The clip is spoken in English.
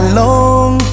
long